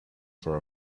for